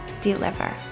deliver